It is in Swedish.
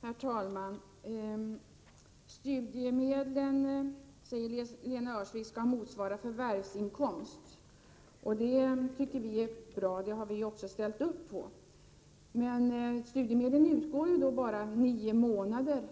Herr talman! Studiemedlen skall motsvara förvärvsinkomst, säger Lena Öhrsvik. Det tycker vi är bra; det har vi också ställt upp på. Men studiemedlen utgår ju bara nio månader